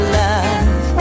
love